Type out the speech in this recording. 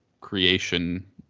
creation